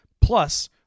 Plus